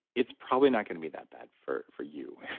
it's probably not going to be that bad for for you,